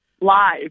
Live